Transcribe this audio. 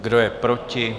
Kdo je proti?